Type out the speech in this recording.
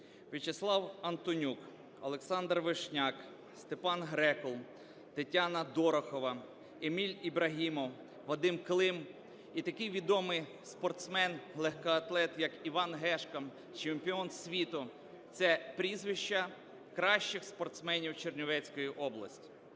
В'ячеслав Антонюк, Олександр Вишняк, Степан Греков, Тетяна Дорохова, Еміль Ібрагімов, Вадим Клим і такий відомий спортсмен-легкоатлет, як Іван Гешко, чемпіон світу – це прізвища кращих спортсменів Чернівецької області.